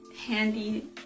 handy